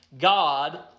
God